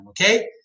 okay